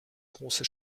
große